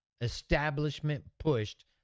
establishment-pushed